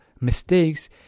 mistakes